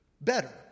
better